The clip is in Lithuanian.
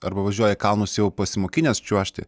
arba važiuoja į kalnus jau pasimokinęs čiuožti